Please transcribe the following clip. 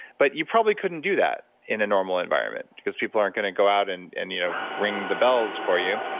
but you probably couldn't do that in a normal environment because people aren't going to go out and and you know ring the bells for you.